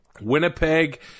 Winnipeg